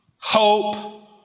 hope